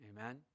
Amen